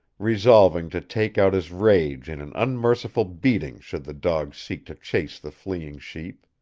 resolving to take out his rage in an unmerciful beating should the dog seek to chase the fleeing sheep.